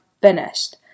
finished